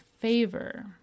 favor